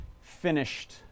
finished